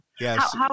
Yes